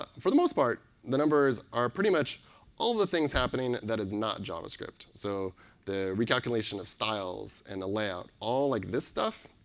for the most part the numbers are pretty much all the things happening that is not javascript. so the recalculation of styles and the layout. all like this stuff?